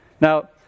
Now